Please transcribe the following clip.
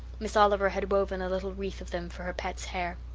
miss oliver had woven a little wreath of them for her pet's hair.